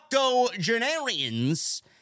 octogenarians